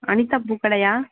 Anitha பூக்கடையா